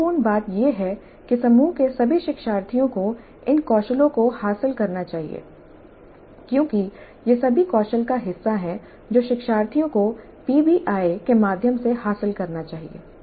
महत्वपूर्ण बात यह है कि समूह के सभी शिक्षार्थियों को इन कौशलों को हासिल करना चाहिए क्योंकि ये सभी कौशल का हिस्सा हैं जो शिक्षार्थियों को पीबीआई के माध्यम से हासिल करना चाहिए